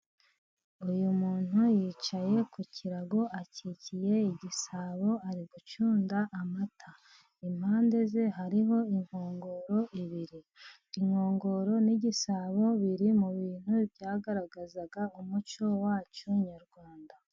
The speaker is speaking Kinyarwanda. Uyu muntu yicaye ku kirago akikiye igisabo ari gucunda amata. Impande ze hariho inkongoro ibiri. Inkongoro n'igisabo biri mu bintu byagaragazaga umuco wacu nyarwanda.